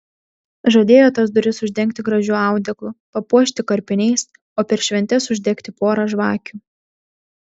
žadėjo tas duris uždengti gražiu audeklu papuošti karpiniais o per šventes uždegti porą žvakių